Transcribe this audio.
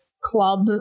club